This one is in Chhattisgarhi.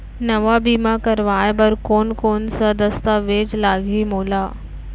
नवा बीमा करवाय बर कोन कोन स दस्तावेज लागही मोला?